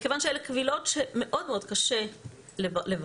מכיוון שאלה קבילות שמאוד מאוד קשה לברר